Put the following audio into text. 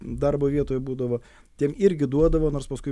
darbo vietoje būdavo tiem irgi duodavo nors paskui